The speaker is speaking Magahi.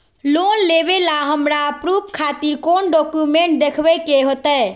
लोन लेबे ला हमरा प्रूफ खातिर कौन डॉक्यूमेंट देखबे के होतई?